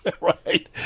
right